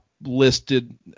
listed